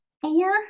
four